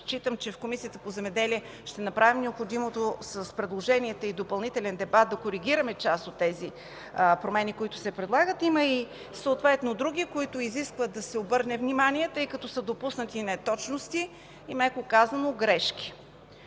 считам, че в Комисията по земеделието ще направим необходимото с предложенията и допълнителен дебат да коригираме част от тези промени, които се предлагат, има и съответно други, които изискват да се обърне внимание, тъй като са допуснати неточности и, меко казано, грешки.